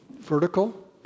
vertical